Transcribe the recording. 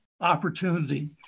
opportunity